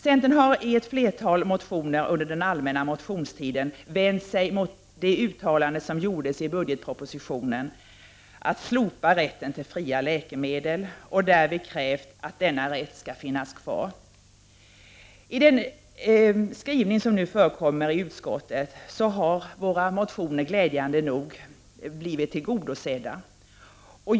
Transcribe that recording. Centern har i ett flertal motioner under den allmänna motionstiden vänt sig mot de uttalanden som gjordes i budgetpropositionen, att rätten till fria läkemedel slopas. Vi har krävt att denna rätt skall finnas kvar. I den skrivning som nu förekommer i utskottsbetänkandet har våra motioner glädjande nog blivit tillgodosedda.